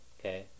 okay